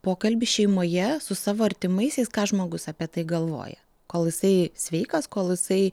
pokalbis šeimoje su savo artimaisiais ką žmogus apie tai galvoja kol jisai sveikas kol jisai